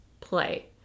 play